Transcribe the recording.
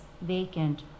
vacant